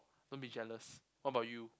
don't be jealous what about you